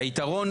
היתרון,